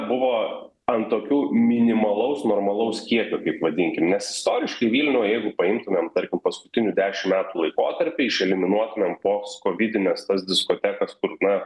buvo ant tokių minimalaus normalaus kiekio kaip vadinkim nes istoriškai vilnių jeigu paimtumėm tarkim paskutinių dešim metų laikotarpį išeliminuotumėm postkovidines tas diskotekas kur na